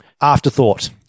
Afterthought